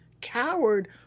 Coward